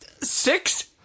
Six